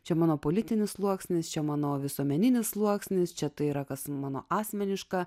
čia mano politinis sluoksnis čia mano visuomeninis sluoksnis čia tai yra kas mano asmeniška